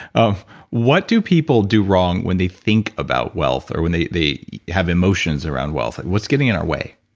um what do people do wrong when they think about wealth, or when they they have emotions around wealth? what's getting in our way?